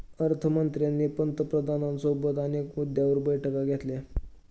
अर्थ मंत्र्यांनी पंतप्रधानांसोबत अनेक मुद्द्यांवर बैठका घेतल्या